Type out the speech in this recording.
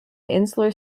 insular